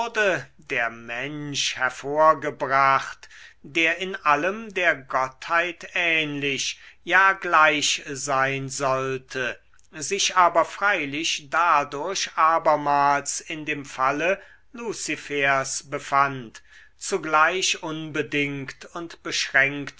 der mensch hervorgebracht der in allem der gottheit ähnlich ja gleich sein sollte sich aber freilich dadurch abermals in dem falle luzifers befand zugleich unbedingt und beschränkt